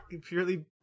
purely